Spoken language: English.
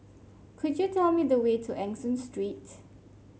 could you tell me the way to Eng Soon Street